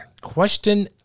question